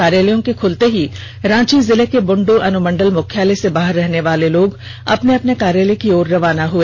कार्यालयों के खुलते ही रांची जिले के बुंड् अनुमंडल मुख्यालय से बाहर रहनेवाले लोग अपने अपने कार्यालय की ओर रवाना हुए